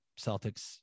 Celtics